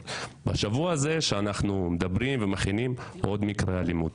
בעוד אנחנו מדברים יש עוד מקרה אלימות,